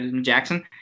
Jackson